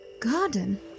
Garden